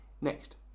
Next